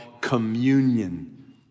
communion